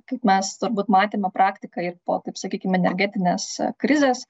kaip mes turbūt matėme praktiką ir po taip sakykime energetinės krizės